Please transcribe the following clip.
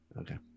okay